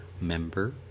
member